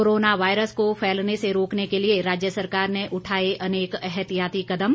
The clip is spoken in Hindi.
कोरोना वायरस को फैलने से रोकने के लिए राज्य सरकार ने उठाए अनेक एहतियाती कदम